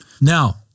Now